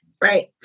right